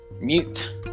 mute